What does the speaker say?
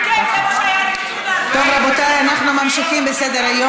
פשוט שערורייה, מה שהוא אמר.